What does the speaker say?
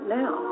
now